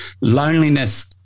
loneliness